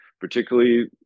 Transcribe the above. particularly